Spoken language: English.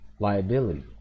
liability